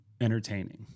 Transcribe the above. entertaining